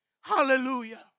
Hallelujah